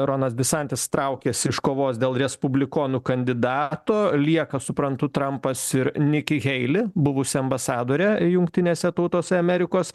ronas disantis traukiasi iš kovos dėl respublikonų kandidato lieka suprantu trampas ir niki heili buvusi ambasadorė jungtinėse tautose amerikos